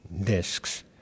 discs